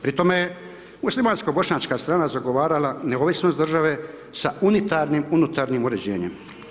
Pri tome je muslimansko bošnjačka strana zagovarala neovisnost države za unitarnim, unutarnjim uređenjem.